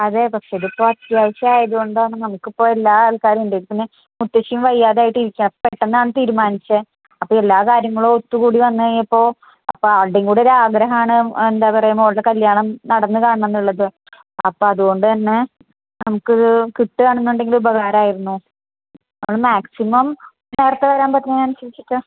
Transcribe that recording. അതെ പക്ഷേ ഇതിപ്പം അത്യാവശ്യമായത് കൊണ്ടാണ് നമുക്കിപ്പം എല്ലാ ആൾക്കാരും ഉണ്ട് ഇപ്പപ്പിന്നെ മുത്തശ്ശിയും വായ്യാതായിട്ടിരിക്കുവാണ് അപ്പം പെട്ടന്നാണ് തീരുമാനിച്ചത് അപ്പോൾ എല്ലാ കാര്യങ്ങളും ഒത്ത്കൂടി വന്ന് കഴിഞ്ഞപ്പോൾ അപ്പോൾ ആൾടേം കൂടെ ഒരാഗ്രഹമാണ് എന്താ പറയാ മോളുടെ കല്യാണം നടന്ന് കാണണംന്നുള്ളത് അപ്പമത് കൊണ്ട്തന്നെ നമുക്കിത് കിട്ടുകാണെന്നുണ്ടെങ്കിൽ ഉപകാരമായിരുന്നു അത് മാക്സിമം ചേർത്ത് തരാൻ പറ്റുന്നയാണെൽ ചോദിച്ചിട്ട്